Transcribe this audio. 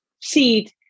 seed